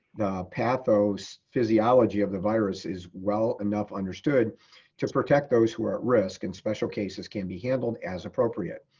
the path or physiology of the virus is well enough understood to protect those who are at risk and special cases can be handled as appropriate.